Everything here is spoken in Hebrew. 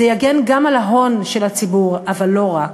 זה יגן גם על ההון של הציבור אבל לא רק.